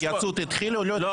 ההתייעצות התחילה או לא?